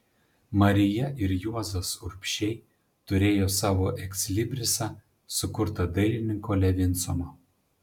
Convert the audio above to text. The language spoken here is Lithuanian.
marija ir juozas urbšiai turėjo savo ekslibrisą sukurtą dailininko levinsono